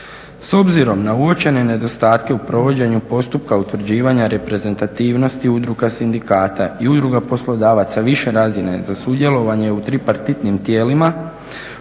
S obzirom na uočene nedostatke u provođenju postupka utvrđivanja reprezentativnosti udruga sindikata i udruga poslodavaca više razine za sudjelovanje u tripartitnim tijelima